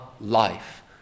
life